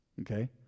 okay